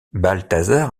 balthazar